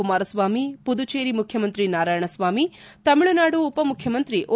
ಕುಮಾರಸ್ವಾಮಿ ಪುದುಚೇರಿ ಮುಖ್ಯಮಂತ್ರಿ ನಾರಾಯಣಸ್ವಾಮಿ ತಮಿಳುನಾಡು ಉಪಮುಖ್ಯಮಂತ್ರಿ ಓ